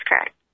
correct